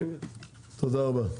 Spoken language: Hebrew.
תודה רבה,